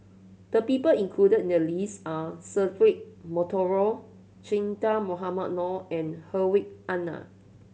the people included in the list are Cedric Monteiro Che Dah Mohamed Noor and Hedwig Anuar